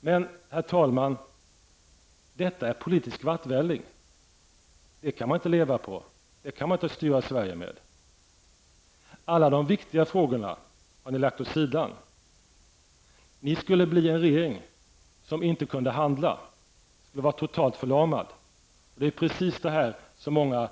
Men, herr talman, detta är politisk vattvälling. Det kan man inte leva på. Det kan man inte styra Sverige med. Alla de viktiga frågorna har ni lagt åt sidan. Ni skulle bli en regering som inte kunde handla. Vi skulle vara totalförlamade. Det är precis detta som många